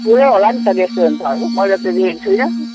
खुलै होला नि त रेस्टुरेन्ट त है मैले त देखेको छुइनँ